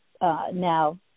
now